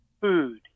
food